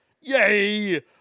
Yay